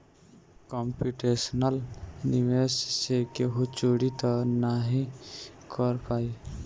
computational निवेश से केहू चोरी तअ नाही कर पाई